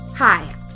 Hi